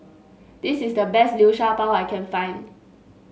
this is the best Liu Sha Bao I can find